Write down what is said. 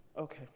okay